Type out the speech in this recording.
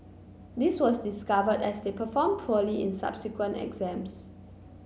this was discovered as they performed poorly in subsequent exams